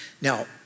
Now